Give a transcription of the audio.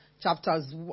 chapters